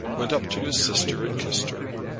went up to his sister and kissed her.